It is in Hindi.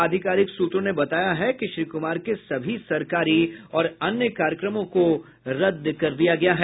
आधिकारिक सूत्रों ने बताया कि श्री कुमार के सभी सरकारी और अन्य कार्यक्रमों को रद्द कर दिया गया है